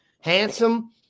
handsome